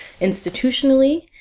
institutionally